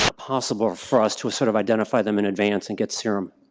impossible for us to sort of identify them in advance and get serum.